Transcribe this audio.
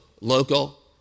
local